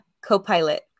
co-pilot